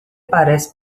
parece